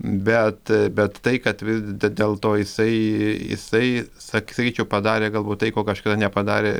bet bet tai kad vis dėl to jisai jisai sak sakyčiau padarė galbūt tai ko kažkada nepadarė